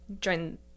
join